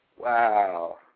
wow